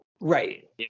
right